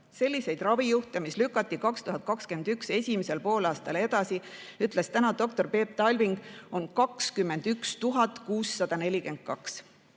Selliseid ravijuhte, mis lükati 2021. aasta esimesel poolaastal edasi, on, nagu ütles täna doktor Peep Talving, 21 642.